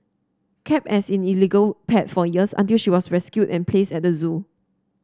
kept as in illegal pet for years until she was rescued and placed at the zoo